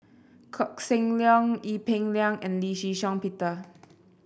Koh Seng Leong Ee Peng Liang and Lee Shih Shiong Peter